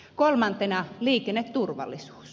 kolmantena liikenneturvallisuus